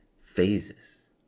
phases